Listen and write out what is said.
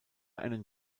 einen